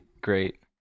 great